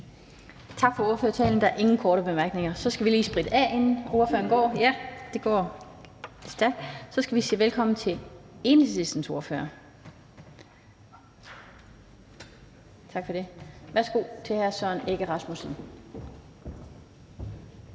Tak for ordførertalen. Der er ingen korte bemærkninger. Ordføreren skal lige spritte af, inden ordføreren går. Så skal vi sige velkommen til Enhedslistens ordfører. Værsgo til hr. Søren Egge Rasmussen.